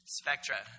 spectra